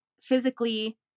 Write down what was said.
physically